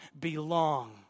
belong